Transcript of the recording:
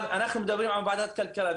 אבל אנחנו מדברים עם ועדת הכלכלה.